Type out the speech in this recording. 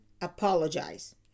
apologize